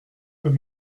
peut